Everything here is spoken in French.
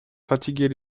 fatiguer